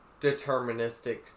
deterministic